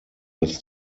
als